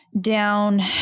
down